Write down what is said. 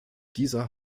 dieser